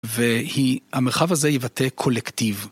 והמרחב הזה ייבטא קולקטיב.